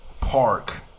park